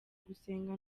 gusenga